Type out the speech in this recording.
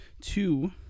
Two